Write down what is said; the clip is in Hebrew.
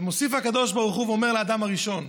ומוסיף הקדוש ברוך הוא ואומר לאדם הראשון: